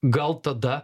gal tada